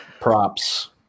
props